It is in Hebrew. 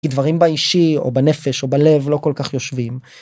דברים באישי או בנפש או בלב לא כל כך יושבים.